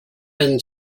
been